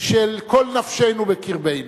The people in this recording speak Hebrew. של כל נפשנו בקרבנו.